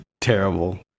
terrible